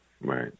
Right